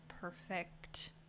perfect